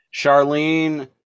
Charlene